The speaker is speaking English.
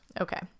Okay